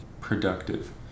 productive